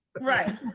Right